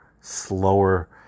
slower